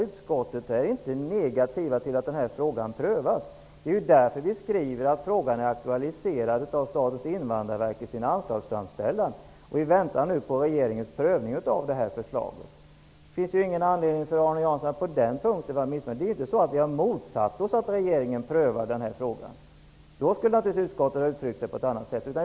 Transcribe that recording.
Utskottet är inte negativt till att den frågan prövas. Det är därför vi skriver att frågan har aktualiserats av Statens invandrarverk i dess anslagsframställan, och vi väntar nu på regeringens prövning av förslaget. Det finns ingen anledning för Arne Jansson att vara missnöjd på den punkten. Vi har inte motsatt oss att regeringen prövar den frågan. I så fall skulle utskottet naturligtvis ha uttryckt sig på ett annat sätt.